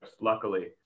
luckily